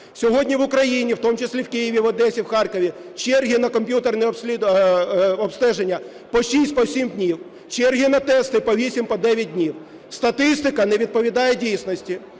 Сьогодні в Україні, в тому числі в Києві, в Одесі, в Харкові, черги на комп'ютерне обстеження по 6, по 7 днів, черги на тести - по 8 і по 9 днів. Статистика не відповідає дійсності.